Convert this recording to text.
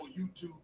YouTube